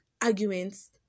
Arguments